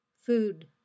food